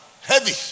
heavy